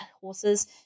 horses